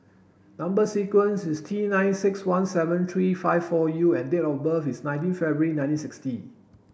number sequence is T nine six one seven three five four U and date of birth is nineteen February nineteen sixty